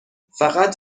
فقط